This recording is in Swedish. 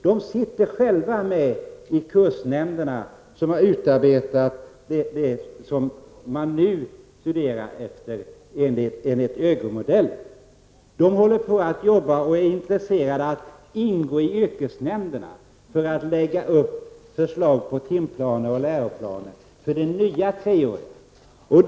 De sitter själva med i kursnämnderna som har utarbetat de planer som man nu studerar efter enligt ÖGY-modellen. De arbetar och är intresserade av att ingå i yrkesnämnderna för att kunna ge förslag till timplaner och läroplaner för de nya treåriga linjerna.